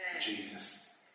Jesus